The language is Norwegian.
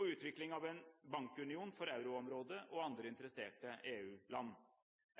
og utvikling av en bankunion for euroområdet og andre interesserte EU-land.